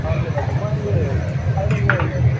हजुर हजुर म अहिले अहिले म